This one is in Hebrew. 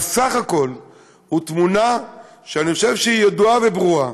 הסך הכול הוא תמונה שאני חושב שהיא ידועה וברורה,